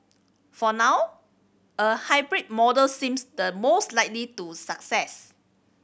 for now a hybrid model seems the most likely to succeed